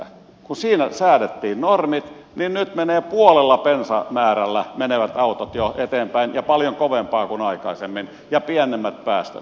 kun siinä säädettiin normit niin nyt menevät puolella bensamäärällä autot jo eteenpäin ja paljon kovempaa kuin aikaisemmin ja on pienemmät päästöt